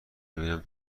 ببینم